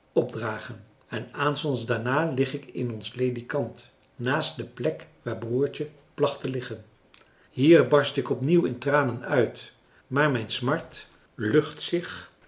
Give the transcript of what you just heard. opdragen en aanstonds daarna lig ik in ons ledikant naast de plek waar broertje placht te liggen hier barst ik opnieuw in tranen uit maar mijn smart lucht zich